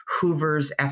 Hoover's